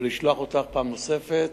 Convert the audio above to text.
ולשלוח אותך פעם נוספת.